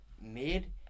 mid